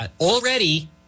already